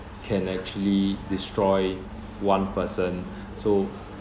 can actually destroy one person so